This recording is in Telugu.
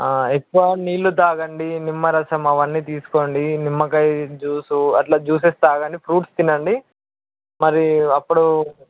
ఎక్కువ నీళ్ళు తాగండి నిమ్మరసం అవన్నీ తీసుకోండి నిమ్మకాయ జ్యూస్ అట్లా జ్యూసెస్ తాగండి ఫ్రూట్స్ తినండి మరి అప్పుడు